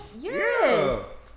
Yes